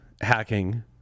hacking